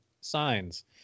Signs